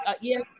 Yes